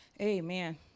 Amen